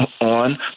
on